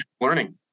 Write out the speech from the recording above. learning